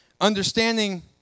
understanding